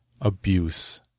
abuse